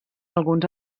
alguns